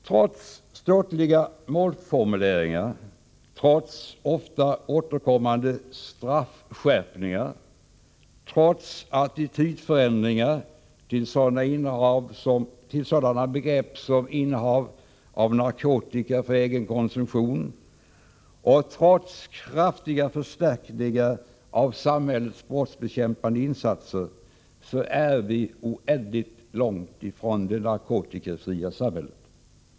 Trots ståtliga målformuleringar, trots ofta återkommande straffskärpningar, trots attitydförändringar till sådana begrepp som innehav av narkotika för egen konsumtion och trots kraftiga förstärkningar av samhällets brottsbekämpande insatser, är vi dock oändligt långt från det narkotikafria samhället.